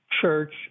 Church